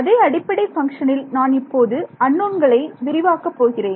அதே அடிப்படை பங்ஷனில் நான் இப்போது அன்னோன்களை விரிவாக்க போகிறேன்